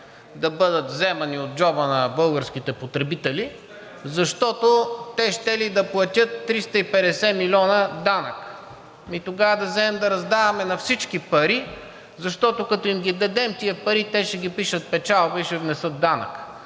да бъдат вземани от джоба на българските потребители, защото те щели да платят 350 милиона данък. Ами тогава да вземем да раздаваме пари на всички, защото, като им ги дадем тези пари, те ще ги пишат печалба и ще внесат данък!